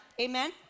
Amen